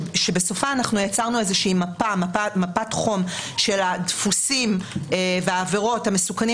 שבסופה יצרנו מפת חום של הדפוסים והעבירות המסוכנים